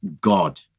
God